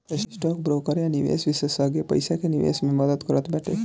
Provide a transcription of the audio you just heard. stock broker या निवेश विषेशज्ञ पईसा के निवेश मे मदद करत बाटे